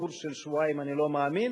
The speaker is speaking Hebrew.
בקורס של שבועיים אני לא מאמין.